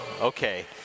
Okay